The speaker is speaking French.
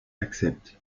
accepte